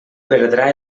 perdrà